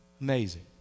Amazing